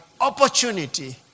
opportunity